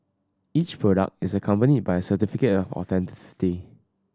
each product is accompanied by a certificate of authenticity